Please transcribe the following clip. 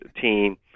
team